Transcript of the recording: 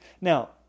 Now